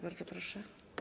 Bardzo proszę.